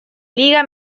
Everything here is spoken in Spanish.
liga